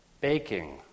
baking